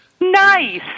Nice